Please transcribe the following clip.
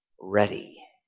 ready